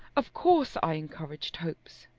of course i encouraged hopes.